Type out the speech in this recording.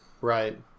Right